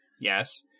Yes